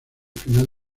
final